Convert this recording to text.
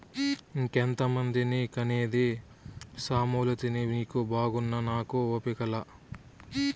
ఇంకెంతమందిని కనేది సామలతిని నీకు బాగున్నా నాకు ఓపిక లా